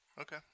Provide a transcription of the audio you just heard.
Okay